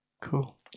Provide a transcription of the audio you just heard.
Cool